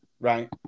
Right